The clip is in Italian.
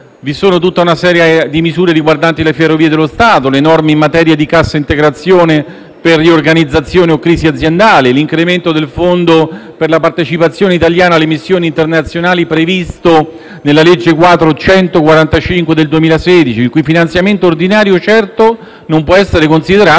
vi è tutta una serie di misure riguardanti le Ferrovie dello Stato, la cassa integrazione per riorganizzazione o crisi aziendale e l'incremento del fondo per la partecipazione italiana alle missioni internazionali previsto nella legge quadro n. 145 del 2016, il cui finanziamento ordinario certo non può essere considerato